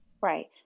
Right